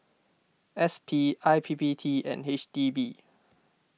S P I P P T and H D B